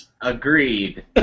Agreed